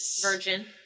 Virgin